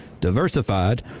diversified